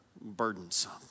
burdensome